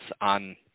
on